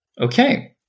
Okay